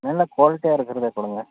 நல்ல குவாலிட்டியாக இருக்கிறதே கொடுங்க